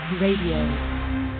Radio